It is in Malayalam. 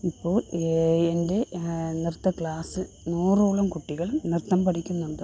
ഇപ്പോൾ എൻ്റെ നൃത്ത ക്ലാസ്സിൽ നൂറോളം കുട്ടികൾ നൃത്തം പഠിക്കുന്നുണ്ട്